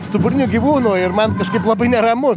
stuburinių gyvūnų ir man kažkaip labai neramu